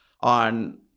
on